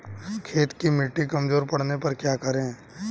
खेत की मिटी कमजोर पड़ने पर क्या करें?